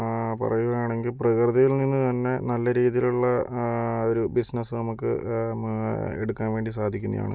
നമുക്കിപ്പോൾ പറയുകയാണെങ്കിൽ പ്രകൃതിയിൽ നിന്ന് തന്നെ നല്ല രീതിയിലുള്ള ഒരു ബിസിനസ് നമുക്ക് എടുക്കാൻ വേണ്ടി സാധിക്കുന്നതാണ്